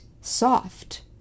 soft